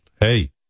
hey